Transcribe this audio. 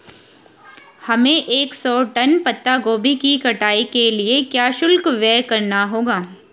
हमें एक सौ टन पत्ता गोभी की कटाई के लिए क्या शुल्क व्यय करना होगा?